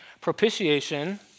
Propitiation